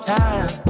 time